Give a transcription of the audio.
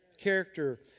character